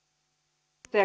tämä